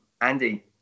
Andy